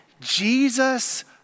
Jesus